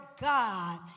God